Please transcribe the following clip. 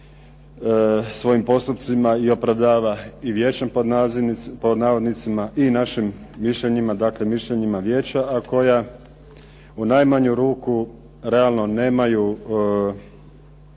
svojim postupcima i opravdava i "vijećem", i našim mišljenjima, dakle mišljenjima vijeća a koja u najmanju ruku realno nemaju